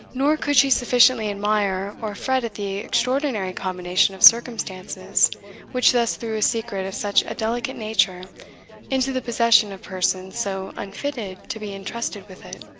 nor could she sufficiently admire or fret at the extraordinary combination of circumstances which thus threw a secret of such a delicate nature into the possession of persons so unfitted to be entrusted with it.